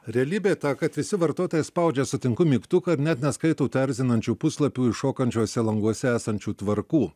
realybė ta kad visi vartotojai spaudžia sutinku mygtuką ir net neskaito tų erzinančių puslapių iššokančiuose languose esančių tvarkų